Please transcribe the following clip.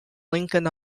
lincoln